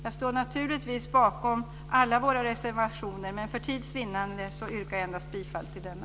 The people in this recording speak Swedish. Jag står naturligtvis bakom alla våra reservationer, men för tids vinnande yrkar jag bifall endast till denna.